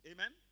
Amen